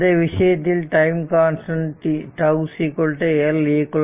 இந்த விஷயத்தில் time constant τ LeqR